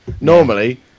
Normally